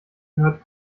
gehört